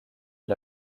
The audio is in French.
est